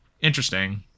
interesting